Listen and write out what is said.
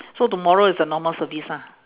so tomorrow is the normal service lah